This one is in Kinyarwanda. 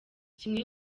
kimwe